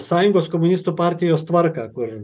sąjungos komunistų partijos tvarką kur